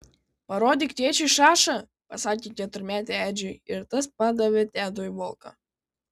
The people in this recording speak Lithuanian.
parodyk tėčiui šašą pasakė keturmetė edžiui ir tas padavė tedui voką